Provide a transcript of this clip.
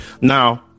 Now